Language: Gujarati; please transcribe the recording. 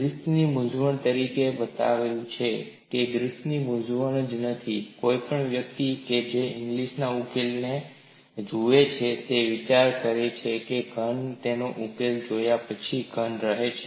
ગ્રિફિથની મૂંઝવણ તરિકે બતાવેલુ છે તે ગ્રિફિથની મૂંઝવણ જ નથી કોઈ પણ વ્યક્તિ કે જે ઇંગ્લિસના ઉકેલ ને જુએ છે તે જ વિચારે છે કે કેવી રીતે ઘન તેના ઉકેલ જોયા પછી ઘન રહે છે